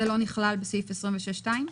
זה לא נכלל בסעיף 26(2)?